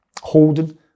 Holden